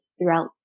throughout